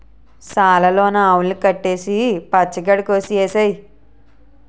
సాల లోన ఆవుల్ని కట్టేసి పచ్చ గడ్డి కోసె ఏసేయ్